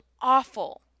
awful